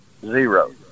zero